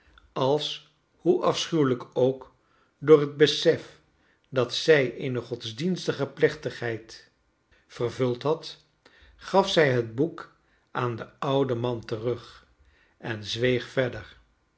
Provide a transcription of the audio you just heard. als hoe afschuwelijk ook door bet besef dat zij eene godsdienstige plechtigheid vervuld had gaf zij het boek aan den ouden man terug en zweeg verder